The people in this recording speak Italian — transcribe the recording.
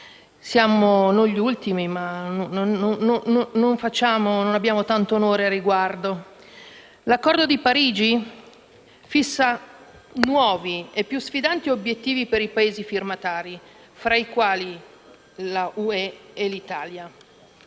siamo gli ultimi, ma non possiamo certo vantarci al riguardo. L'Accordo di Parigi fissa nuovi e più sfidanti obiettivi per i Paesi firmatari, fra i quali l'Unione europea